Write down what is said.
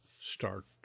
start